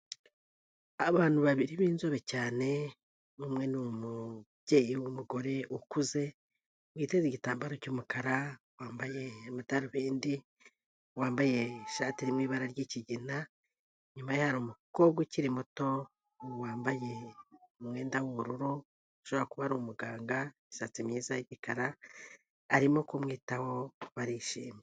Abantu babiri b'inzobe cyane, umwe ni umubyeyi w'umugore ukuze witeze igitambaro cy'umukara, wambaye amadarubindi, wambaye ishati irimo ibara ryikigina, inyuma ye hari umukobwa ukiri muto, wambaye umwenda w'ubururu ushobora kuba ari umuganga, imisatsi myiza y'imikara, arimo kumwitaho barishimye.